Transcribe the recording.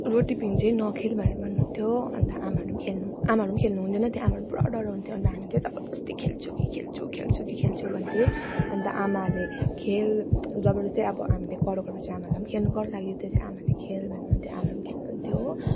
रोटेपिङ चाहिँ नखेल भनेर भन्नु हुन्थ्यो अन्त आमाहरू खेल्नु आमाहरू खेल्नु हुँदैन थियो आमाहरू पुरा डराउनु हुन्थ्यो अनि हामी त्यो जबरजस्ती खेल्छु कि खेल्छु खेल्छु कि खेल्छु भन्थ्यौँ अन्त आमाहरूले खेल जबरजस्ती अब हामीले कर गरे पछि आमालाई खेल्नु कर लाग्यो त्यस पछि आमाले खेल भन्नु हुन्थ्यो आमाले खेल्नु हुन्थ्यो हो